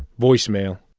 voicemail.